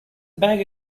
bag